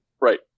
right